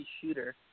shooter